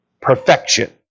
perfection